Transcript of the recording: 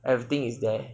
everything is there